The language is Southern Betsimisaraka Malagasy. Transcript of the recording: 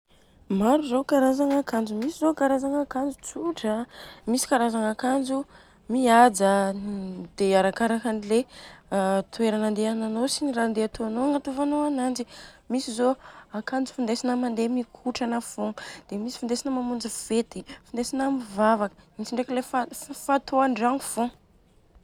Maro zô karazagna akanjo, misy zô karazagna akanjo tsotra a, misy karazagna mihaja dia arakarakan'le toerana andiananô sy ny raha handeha atônô agnatovanô ananjy. Misy zô akanjo findesina mandeha mikotrana fogna dia misy findesina mamonjy fety, findesina mivavaka, misy ndreka le fatô andragno fogna.